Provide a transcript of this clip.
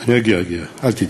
אני אגיע, אל תדאג.